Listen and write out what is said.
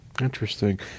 Interesting